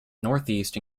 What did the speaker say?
northeast